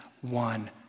one